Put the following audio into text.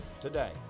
today